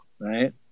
right